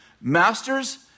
Masters